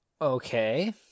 Okay